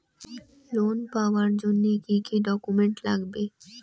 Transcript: Loan পাওয়ার জন্যে কি কি ডকুমেন্ট লাগবে?